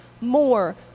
more